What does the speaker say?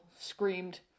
screamed